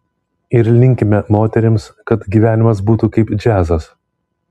ir linkime moterims kad gyvenimas būtų kaip džiazas